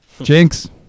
Jinx